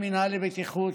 המינהל לבטיחות.